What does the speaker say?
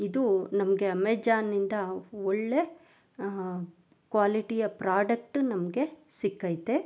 ಇದು ನಮಗೆ ಅಮೆಜಾನ್ ಇಂದ ಒಳ್ಳೆಯ ಕ್ವಾಲಿಟಿಯ ಪ್ರಾಡಕ್ಟ್ ನಮಗೆ ಸಿಕ್ಕೈತೆ